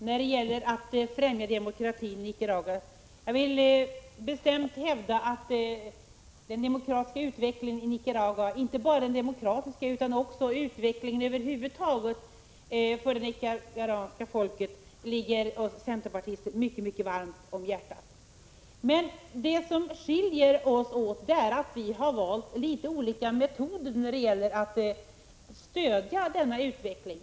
Herr talman! Nej, Maj-Lis Lööw, vi har inte på något sätt givit upp när det gäller att främja demokratin i Nicaragua. Jag vill bestämt hävda att den demokratiska utvecklingen i Nicaragua, liksom utvecklingen över huvud taget för det nicaraguanska folket, ligger oss centerpartister mycket, mycket varmt om hjärtat. Det som skiljer oss åt är att vi har valt litet olika metoder att stödja denna utveckling.